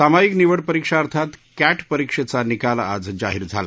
सामाईक निवड परिक्षा अर्थात कॅॅॅपरिक्षेचा निकाल आज जाहीर झाला